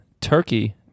Turkey